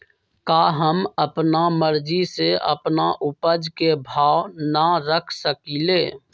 का हम अपना मर्जी से अपना उपज के भाव न रख सकींले?